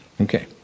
Okay